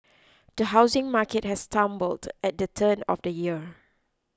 the housing market has stumbled at the turn of the year